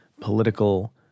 political